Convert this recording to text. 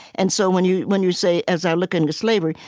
and so when you when you say, as i look into slavery,